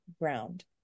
ground